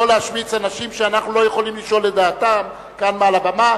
לא להשמיץ אנשים שאנחנו לא יכולים לשאול את דעתם כאן מעל הבמה.